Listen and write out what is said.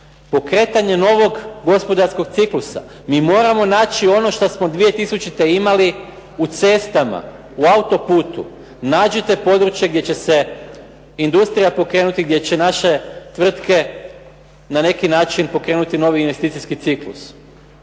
Pokretanje novog gospodarskog ciklusa, mi moramo naći ono što smo 2000. imali u autocestama, u autoputu, nađite područje gdje će se industrija pokrenuti, gdje će naše tvrtke na neki način pokrenuti novi investicijski ciklus.